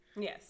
Yes